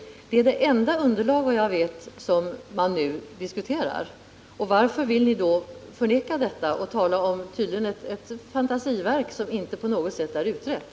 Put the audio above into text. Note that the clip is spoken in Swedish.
Detta är, såvitt jag vet, det enda underlag som man nu diskuterar. Varför vill ni då förneka detta och i stället tala om någonting som uppenbarligen är ett fantasiverk och inte på något sätt utrett.